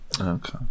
okay